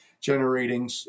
generating